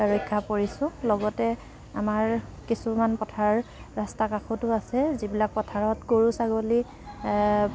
ৰক্ষা পৰিছো লগতে আমাৰ কিছুমান পথাৰ ৰাস্তাৰ কাষটো আছে যিবিলাক পথাৰত গৰু ছাগলী